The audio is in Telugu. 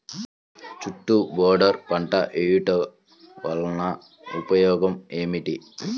చుట్టూ బోర్డర్ పంట వేయుట వలన ఉపయోగం ఏమిటి?